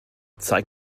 zeig